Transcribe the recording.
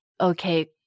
Okay